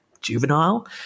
juvenile